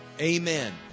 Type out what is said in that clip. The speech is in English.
Amen